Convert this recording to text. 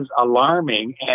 alarming